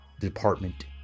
department